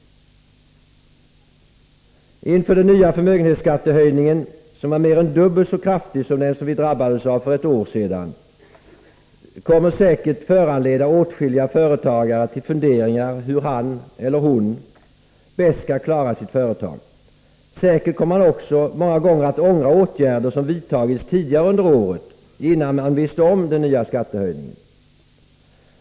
Den nya höjningen av förmögenhetsskatten, som är mer än dubbelt så kraftig som den som vi drabbades av för ett år sedan, kommer säker: att föranleda åtskilliga företagare att fundera över hur de bäst skall klara sitt företag. Säkert kommer man också många gånger att ångra åtgärder som vidtagits tidigare under året, innan man visste om den nya skattehöjningen.